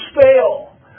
fail